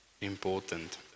important